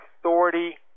authority